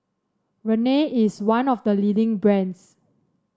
Rene is one of the leading brands